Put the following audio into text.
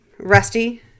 rusty